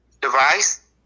Device